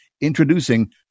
Introducing